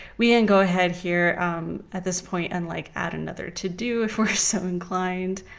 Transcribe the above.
we can go ahead here at this point and like add another to do if we're so inclined.